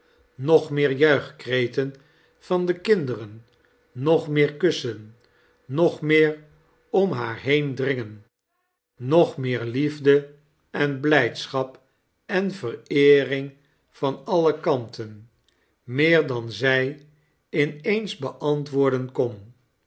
nog meer juichkreten van de kinderen nog meer kussen nog meer om haar heen dringen nog meer liefde en blijdschap en vereering van site kanten meer dan zij in eens beantwoorden kon